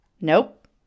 Nope